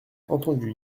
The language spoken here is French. entendu